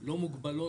לא מוגבלות,